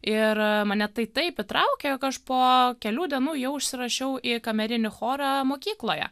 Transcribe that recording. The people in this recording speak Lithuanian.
ir mane tai taip įtraukė jog aš po kelių dienų jau užsirašiau į kamerinį chorą mokykloje